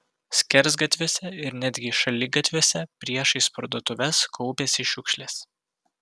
skersgatviuose ir netgi šaligatviuose priešais parduotuves kaupėsi šiukšlės